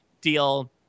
deal